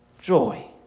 joy